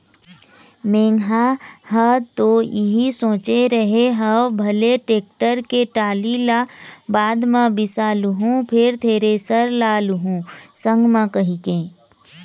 मेंहा ह तो इही सोचे रेहे हँव भले टेक्टर के टाली ल बाद म बिसा लुहूँ फेर थेरेसर ल लुहू संग म कहिके